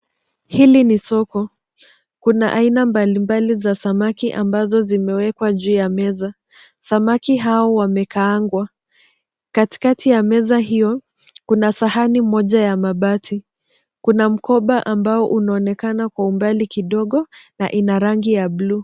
Hili ni soko. Kuna aina mbalimbali za samaki ambazo zimewekwa juu ya meza, samaki hao wamekaangwa. Katikati ya meza hiyo, kuna sahani moja ya mabati. Kuna mkoba ambao unaonekana kwa umbali kidogo na ina rangi ya bluu.